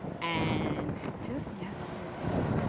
and just yesterday